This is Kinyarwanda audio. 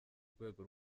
rwego